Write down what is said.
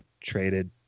traded